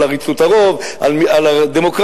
על עריצות הרוב על הדמוקרטיה.